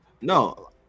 No